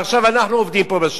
אבל עכשיו אנחנו עובדים פה בשטח.